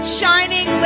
shining